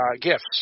gifts